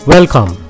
Welcome